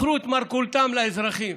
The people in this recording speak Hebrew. מכרו את מרכולתם לאזרחים.